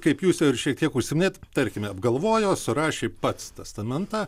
kaip jūs ir šiek tiek užsiminėt tarkime galvojo surašė pats testamentą